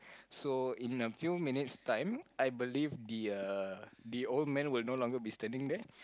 so in a few minutes time I believe the uh the old man will no longer be standing there